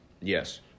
Yes